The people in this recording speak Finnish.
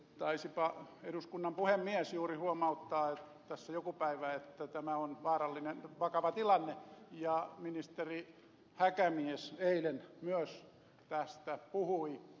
taisipa eduskunnan puhemies juuri huomauttaa tässä joku päivä että tämä on vaarallinen vakava tilanne ja myös ministeri häkämies eilen tästä puhui